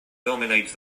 dominates